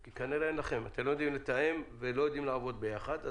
כי כנראה אין לכם אתם לא יודעים לתאם ולא יודעים לעבוד ביחד.